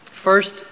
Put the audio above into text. First